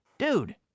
Dude